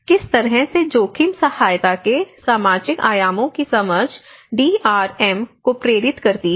किस तरह से जोखिम सहायता के सामाजिक आयामों की समझ डीआरआर को प्रेरित करती है